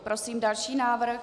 Prosím další návrh.